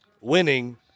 winning